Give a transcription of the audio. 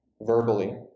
verbally